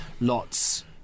lots